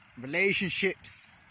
Relationships